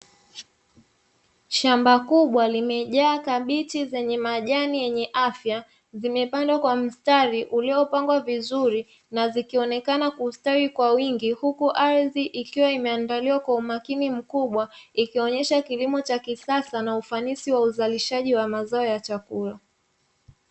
Shamba kubwa limejaa Kabichi zenye majani yenye afya, zimepandwa kwa mstari uliopangwa vizuri, na zikionekana kustawi kwa wingi, huku ardhi ikiwa imeandaliwa kwa umakini mkubwa ikionesha kilimo cha kisasa na ufanisi wa uzalishaji wa mazao ya chakula.